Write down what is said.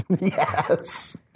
Yes